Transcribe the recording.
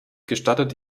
gestattet